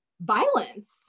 violence